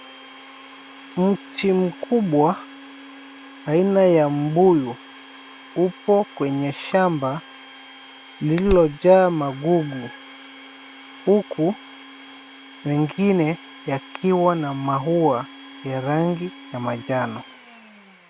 Mti mkubwa, aina ya mbuyu, upo kwenye shamba lililojaa magugu. Huku mengine yakiwa na maua ya rangi ya manjano.